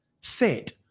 set